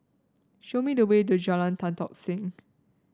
show me the way to Jalan Tan Tock Seng